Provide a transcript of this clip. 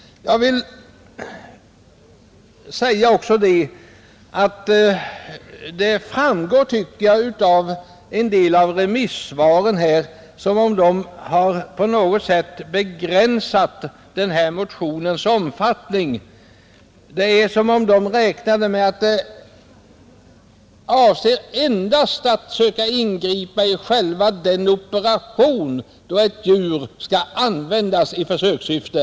Av remissvaren framgår att man vid remissbehandlingen på något sätt begränsat motionens omfattning. Det förefaller som om man haft uppfattningen att motionen endast avser att söka ingripa i själva den operation där ett djur skall användas i försökssyfte.